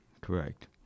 Correct